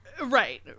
Right